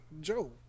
Joe